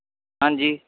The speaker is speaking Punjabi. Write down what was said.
ਹਾਂਜੀ